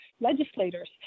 legislators